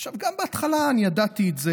עכשיו, גם בהתחלה אני ידעתי את זה.